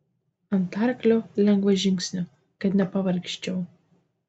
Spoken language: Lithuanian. ant arklio lengvu žingsniu kad nepavargčiau